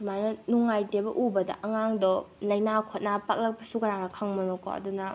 ꯑꯗꯨꯃꯥꯏꯅ ꯅꯨꯡꯉꯥꯏꯇꯦꯕ ꯎꯕꯗ ꯑꯉꯥꯡꯗꯣ ꯂꯥꯏꯅꯥ ꯈꯣꯠꯅꯥ ꯄꯛꯂꯛꯄꯁꯨ ꯀꯅꯥꯅ ꯈꯪꯕꯅꯣꯀꯣ ꯑꯗꯨꯅ